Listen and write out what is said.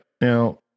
Now